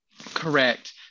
Correct